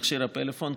מכשיר הפלאפון,